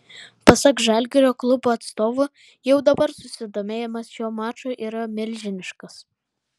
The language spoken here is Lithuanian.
pasak žalgirio klubo atstovų jau dabar susidomėjimas šiuo maču yra milžiniškas